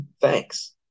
Thanks